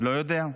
לא יודע.